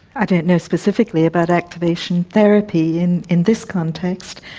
i don't know specifically about activation therapy in in this context,